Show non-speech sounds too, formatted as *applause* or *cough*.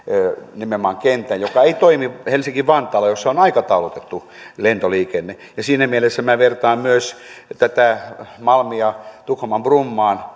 nimenomaan kentän joka ei toimi helsinki vantaalla jolla on aikataulutettu lentoliikenne ja siinä mielessä minä vertaan myös tätä malmia tukholman brommaan *unintelligible*